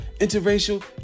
interracial